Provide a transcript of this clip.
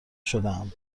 شدهام